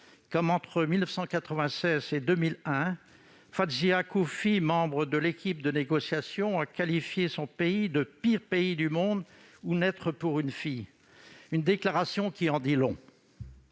comme entre 1996 et 2001. Fawzia Koofi, membre de l'équipe de négociation, a qualifié son pays de « pire pays du monde où naître pour une fille », une déclaration qui en dit long.